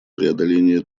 преодоление